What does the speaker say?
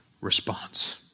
response